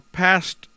past